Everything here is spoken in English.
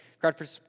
crowd